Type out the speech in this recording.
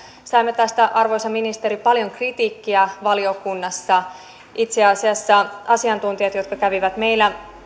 saimme tästä arvoisa ministeri paljon kritiikkiä valiokunnassa itse asiassa asiantuntijat jotka kävivät meillä